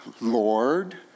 Lord